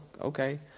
okay